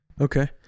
Okay